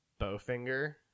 Bowfinger